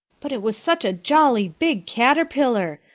but it was such a jolly big caterpillar.